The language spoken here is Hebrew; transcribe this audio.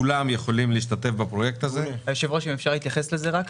כולם יכולים להשתתף בפרויקט הזה --- היושב ראש יאפשר להתייחס לזה רק?